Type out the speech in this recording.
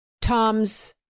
Tom's